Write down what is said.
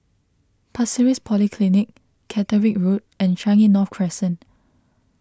Pasir Ris Polyclinic Caterick Road and Changi North Crescent